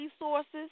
resources